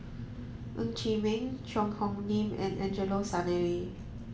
Ng Chee Meng Cheang Hong Lim and Angelo Sanelli